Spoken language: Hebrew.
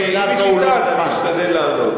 אם היא תטען, אני אשתדל לענות.